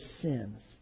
sins